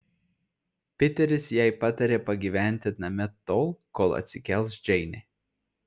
piteris jai patarė pagyventi name tol kol atsikels džeinė